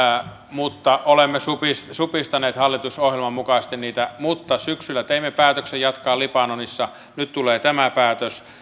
olemme supistaneet supistaneet hallitusohjelman mukaisesti niitä mutta syksyllä teimme päätöksen jatkaa libanonissa nyt tulee tämä päätös